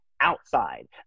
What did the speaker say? outside